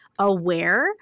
aware